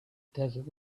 desert